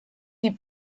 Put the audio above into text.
die